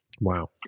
Wow